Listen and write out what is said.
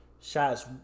shots